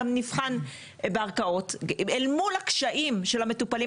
גם נבחן בערכאות אל מול הקשיים של המטופלים